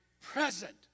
present